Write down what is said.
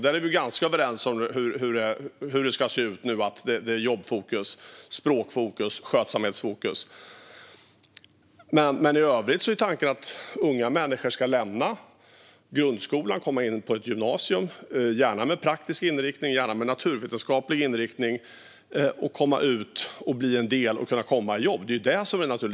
Där är vi ganska överens om hur det ska se ut - det ska vara jobbfokus, språkfokus och skötsamhetsfokus. I övrigt är tanken att unga människor ska lämna grundskolan, komma in på ett gymnasium - gärna med praktisk eller naturvetenskaplig inriktning - och sedan komma i jobb. Det är det naturliga.